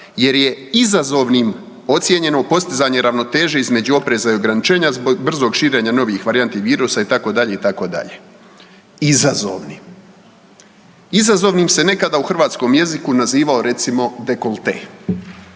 jer je izazovnim ocijenjeno postizanje ravnoteže između opreza i ograničenja zbog brzog širenja novih varijanti virusa itd., itd., izazovnim. Izazovnim se nekada u hrvatskom jeziku nazivao recimo dekolte,